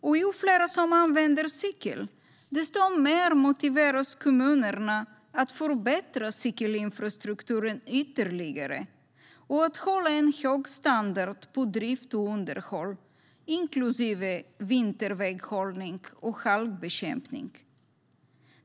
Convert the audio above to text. Och ju fler som använder cykel, desto mer motiveras kommunerna att förbättra cykelinfrastrukturen ytterligare och hålla en hög standard på drift och underhåll, inklusive vinterväghållning och halkbekämpning.